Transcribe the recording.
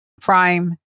prime